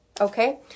Okay